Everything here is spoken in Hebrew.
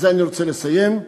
ובזה אני רוצה לסיים: